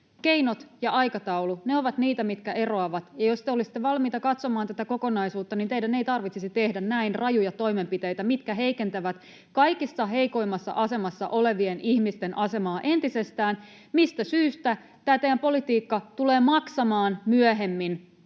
Keinot ja aikataulu, ne ovat niitä, mitkä eroavat, ja jos te olisitte valmiita katsomaan tätä kokonaisuutta, niin teidän ei tarvitsisi tehdä näin rajuja toimenpiteitä, mitkä heikentävät kaikista heikoimmassa asemassa olevien ihmisten asemaa entisestään, mistä syystä tämä teidän politiikkanne tulee maksamaan myöhemmin